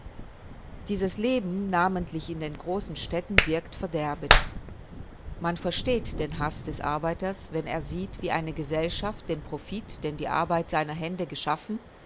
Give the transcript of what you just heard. dieses leben namentlich in den großen städten wirkt verderbend man versteht den haß des arbeiters wenn er sieht wie eine gesellschaft den profit den die arbeit seiner hände geschaffen